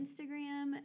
Instagram